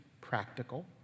practical